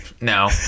No